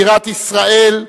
בירת ישראל,